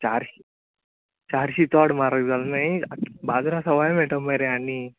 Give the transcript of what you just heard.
चारश् चारशी चड म्हारग जाल नायी आतां बाज्रांत सवाय मेळटा मरे आनी